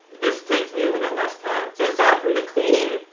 this takes me a little bit less time. so aside from the cleaning,